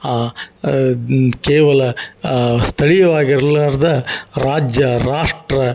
ಆ ಕೇವಲ ಸ್ಥಳೀಯವಾಗಿ ಇರ್ಲಾರ್ದ ರಾಜ್ಯ ರಾಷ್ಟ್ರ